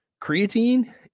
Creatine